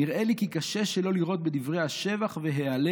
'נראה לי כי קשה שלא לראות בדברי השבח וההלל